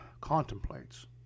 contemplates